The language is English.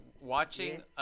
watching